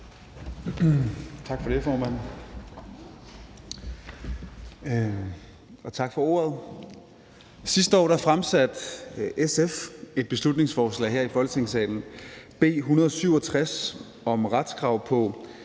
Tak for det, formand, og tak for ordet. Sidste år fremsatte SF et beslutningsforslag her i Folketingssalen, B 167, om retskrav på